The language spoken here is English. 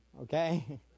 Okay